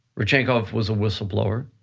rodchenkov was a whistleblower,